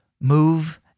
move